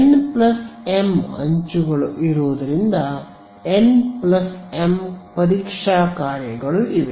n m ಅಂಚುಗಳು ಇರುವುದರಿಂದ n m ಪರೀಕ್ಷಾ ಕಾರ್ಯಗಳು ಇವೆ